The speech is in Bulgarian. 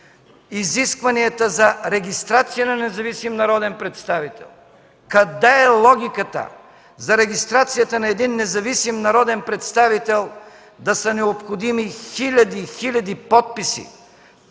изискванията за регистрация на независим народен представител! Къде е логиката за регистрацията на един независим народен представител да са необходими хиляди, хиляди подписи?